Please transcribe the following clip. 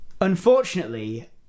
Unfortunately